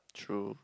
true